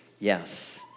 Yes